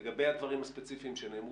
לגבי הדברים הספציפיים שנאמרו,